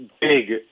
big